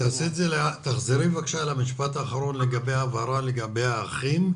תחזרי על המשפט האחרון לגבי ההבהרה לגבי האחים,